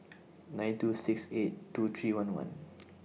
nine two six eight two three one one